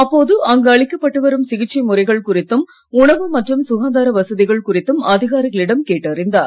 அப்போது அங்கு அளிக்கப்பட்டு வரும் சிகிச்சை முறைகள் குறித்தும் உணவு மற்றும் சுகாதார வசதிகள் குறித்தும் அதிகாரிகளிடம் கேட்டறிந்தார்